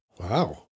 Wow